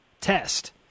test